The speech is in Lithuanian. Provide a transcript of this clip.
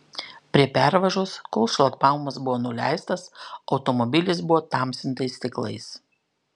prie pervažos kol šlagbaumas buvo nuleistas automobilis buvo tamsintais stiklais